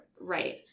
Right